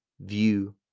view